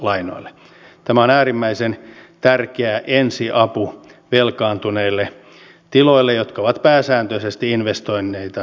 tämä on äärimmäisen tärkeä ensiapu velkaantuneille tiloille jotka ovat pääsääntöisesti investoineita tiloja